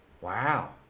wow